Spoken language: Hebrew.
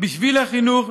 בשביל החינוך,